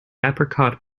apricot